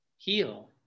Heal